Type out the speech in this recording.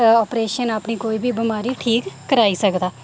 operation अपनी कोई बी बमारी ठीक कराई सकदा